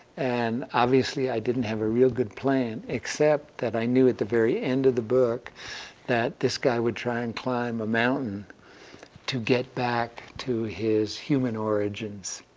and obviously i didn't have a real good plan, except that i knew at the very end of the book that this guy would try and climb a mountain to get back to his human origins.